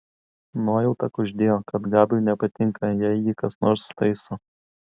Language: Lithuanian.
nuojauta kuždėjo kad gabiui nepatinka jei jį kas nors taiso